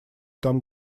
там